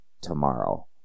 tomorrow